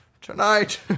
tonight